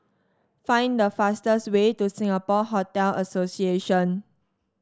find the fastest way to Singapore Hotel Association